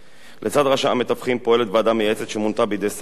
לצד רשם המתווכים פועלת ועדה מייעצת שמונתה בידי שר המשפטים